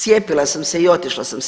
Cijepila sam se i otišla sam se